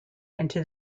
into